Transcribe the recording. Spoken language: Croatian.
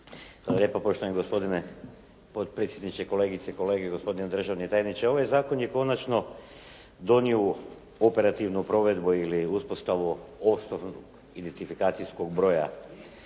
lijepa, poštovani gospodine potpredsjedniče. Kolegice i kolege, gospodine državni tajniče. Ovaj zakon je konačno donio operativnu provedbu ili uspostavu osnovno identifikacijskog broja.